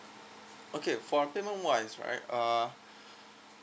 okay for payment wise right uh